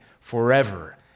forever